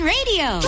Radio